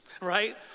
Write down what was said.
right